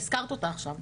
הזכרת אותה עכשיו,